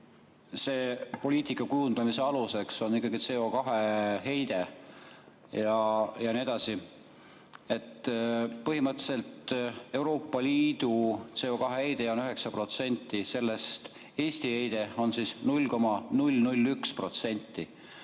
on poliitika kujundamise aluseks ikkagi CO2heide jne. Põhimõtteliselt Euroopa Liidu CO2heide on 9%, sellest Eesti heide on 0,001%.